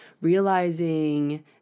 realizing